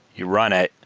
you run it.